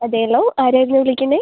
അതേല്ലോ ആരായിരുന്നു വിളിക്കുന്നത്